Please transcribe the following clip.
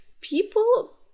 people